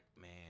man